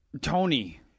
Tony